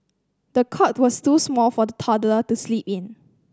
the cot was too small for the toddler to sleep in